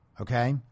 Okay